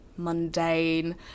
Mundane